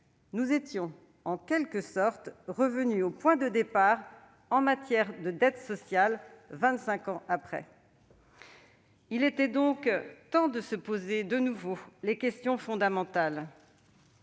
nous étions en quelque sorte revenus au point de départ en matière de dette sociale, vingt-cinq ans après. Il était donc temps de se poser de nouveau les questions fondamentales